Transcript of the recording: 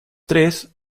tres